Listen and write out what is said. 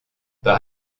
par